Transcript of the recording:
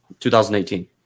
2018